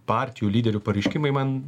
partijų lyderių pareiškimai man